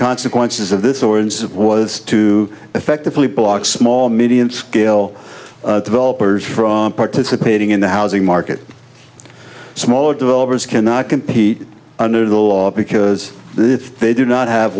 consequences of this ordinance of was to effectively block small medium scale developers from participating in the housing market smaller developers cannot compete under the law because they if they do not have